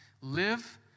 live